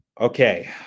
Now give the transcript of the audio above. Okay